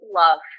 love